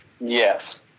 yes